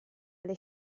alle